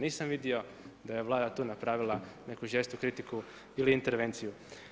Nisam vidio, daj e Vlada tu napravila neku žestoku kritiku ili intervenciju.